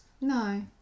No